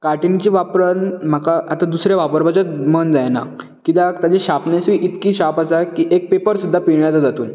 कार्टिनची वापरून म्हाका आतां दुसरी वापरपाचें मन जायना कित्याक तेची शार्पनेसुय इतकी शार्प आसा की एक पेपर सुद्दां पिंजू येता तातुंत